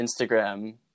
Instagram